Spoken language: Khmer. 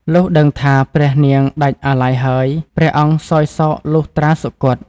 លុះដឹងថា ព្រះនាងដាច់អាល័យហើយ ព្រះអង្គសោយសោកលុះត្រាសុគត។